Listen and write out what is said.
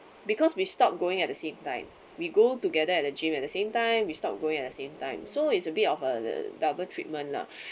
because we stopped going at the same time we go together at the gym at the same time we stopped going at the same time so it's a bit of uh double treatment lah